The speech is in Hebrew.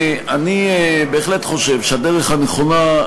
אני בהחלט חושב שהדרך הנכונה,